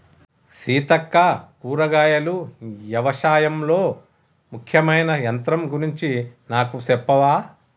సీతక్క కూరగాయలు యవశాయంలో ముఖ్యమైన యంత్రం గురించి నాకు సెప్పవా